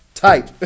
Type